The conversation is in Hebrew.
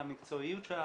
למקצועיות שלה,